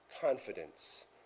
confidence